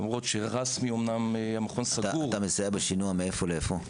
למרות שראסמי אומנם המכון סגור --- אתה מסייע בשינוע מאיפה לאיפה?